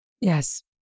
Yes